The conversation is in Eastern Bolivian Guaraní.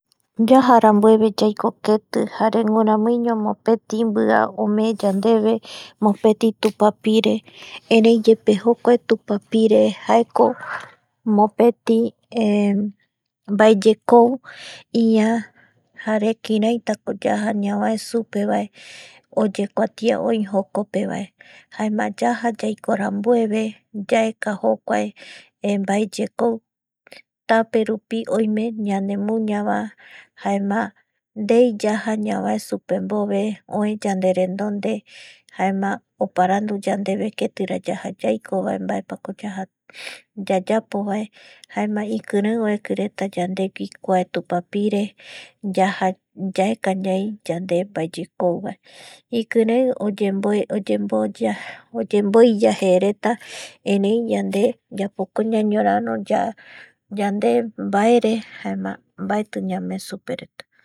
Yaja rambueve yaiko keti jare guiramuiño mopeti mba omee yandeve mopeti tupapire ereiyee jokuae tupapire mopeti mbaeyekou ïa jare kiraitako yaja ñavae supevae oyekuatia oi jokope vae jaema yaja yaiko rambueve yaeka jokuae mbaeyekou taperupi oime ñanemuñavae jaema ndei yaja ñavae superambueve oe yanderendonde jaema oparandu yandeve ketira yaja yaikovae mbaepako yaja yayapo vae jaema ikirei oekireta yandegui kuae tupapire yaja yaeka ñai yande mbaeyekouvae ikirei oyemboe oyemboiya jereta erei yande yapoko ñañoraro yandembaere jaema mbaeti ñamee supereta